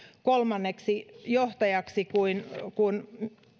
kolmanneksi johtajaksi kun